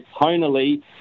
tonally